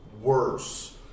worse